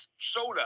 Soda